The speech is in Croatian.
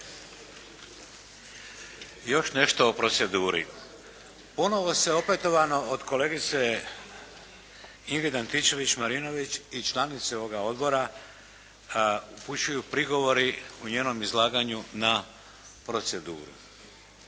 Još nešto o proceduri. Ponovo se opetovano od kolegice Ingrid Antičević-Marinović i članice ovoga odbora upućuju prigovori u njenom izlaganju na proceduru,